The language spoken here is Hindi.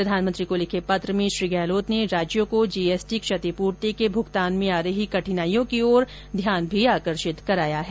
प्रधानमंत्री को लिखे गए पत्र में श्री गहलोत ने राज्यों को जीएसटी क्षतिपूर्ति के भुगतान में आ रही कठिनाइयों की ओर ध्यान आकर्षित कराया है